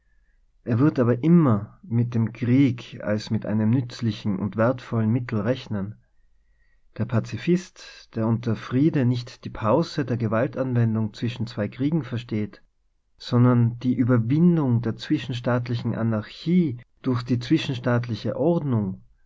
er wird aber immer mit dem krieg als mit einem nützlichen und wertvollen mittel rechnen der pazifist der unter friede nicht die pause der gewaltanwendung zwischen zwei kriegen versteht sondern die ueber windung der zwischenstaatlichen anarchie durch die zwischenstaatliche ordnung